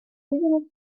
видимости